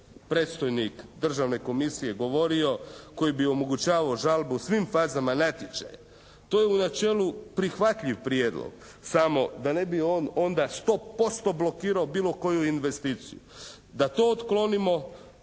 predstojnik Državne komisije govorio koji bi omogućavao žalbu u svim fazama natječaja, to je u načelu prihvatljiv prijedlog, samo da ne bi on onda 100% blokirao bilo koju investiciju. Da to otklonimo